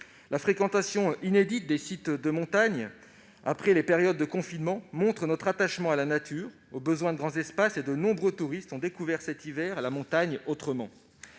La fréquentation inédite des sites de montagne après les périodes de confinement montre leur attachement à la nature et leur besoin de grands espaces. De nombreux touristes ont découvert, cet hiver, la montagne autrement.